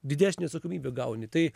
didesnę atsakomybę gauni tai